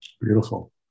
Beautiful